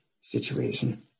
situation